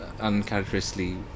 uncharacteristically